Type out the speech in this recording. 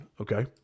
okay